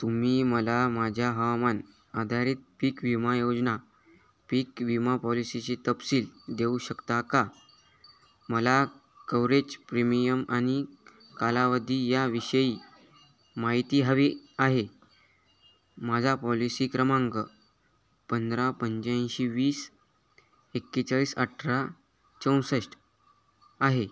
तुम्ही मला माझ्या हवामान आधारित पीक विमा योजना पीक विमा पॉलिसीची तपशील देऊ शकता का मला कव्हरेज प्रीमियम आणि कालावधी याविषयी माहिती हवी आहे माझा पॉलिसी क्रमांक पंधरा पंच्याऐंशी वीस एकेचाळीस अठरा चौसष्ट आहे